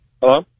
Hello